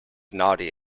naughty